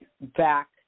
back